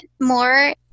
more